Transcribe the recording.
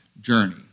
journey